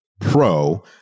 Pro